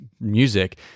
music